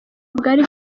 bwari